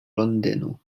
londynu